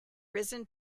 risen